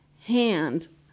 hand